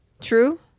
true